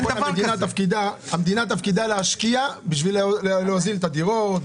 תפקידה להשקיע בשביל להוזיל את מחירי הדירות,